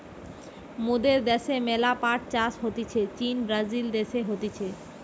মোদের দ্যাশে ম্যালা পাট চাষ হতিছে চীন, ব্রাজিল দেশে হতিছে